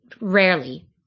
rarely